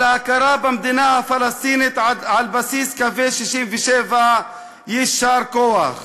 על ההכרה במדינה הפלסטינית על בסיס קווי 67'. יישר כוח.